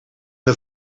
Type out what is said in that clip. een